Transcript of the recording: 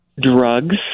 drugs